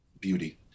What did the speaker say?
beauty